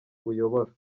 uyobora